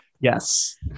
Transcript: Yes